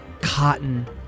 cotton